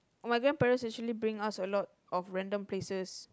my grandparents actually bring us a lot of random places